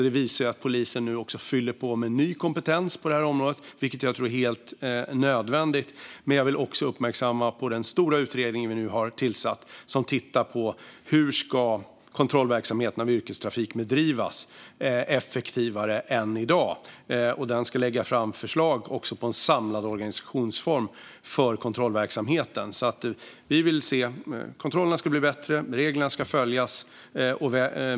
Det visar ju att polisen nu fyller på med ny kompetens på det här området, vilket jag tror är helt nödvändigt. Jag vill även uppmärksamma den stora utredning som vi har tillsatt och som ska titta på hur kontrollverksamheten av yrkestrafik ska bedrivas effektivare än i dag. Utredningen ska också lägga fram förslag på en samlad organisationsform för kontrollverksamheten. Kontrollerna ska bli bättre, och reglerna ska följas.